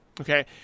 okay